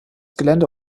gelände